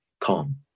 calm